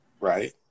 right